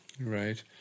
Right